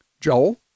Joel